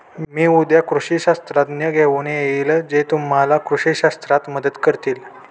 मी उद्या कृषी शास्त्रज्ञ घेऊन येईन जे तुम्हाला कृषी शास्त्रात मदत करतील